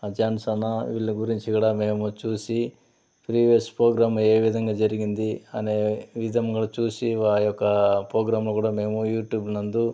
John Sena వీళ్ళ గురించి గూడా మేము చూసి ప్రీవియస్ పోగ్రామ్ ఏ విధంగా జరిగింది అనే విధంగా చూసి వారి యొక్క పోగ్రామ్ను కూడా మేము యూట్యూబ్ నందు